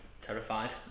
terrified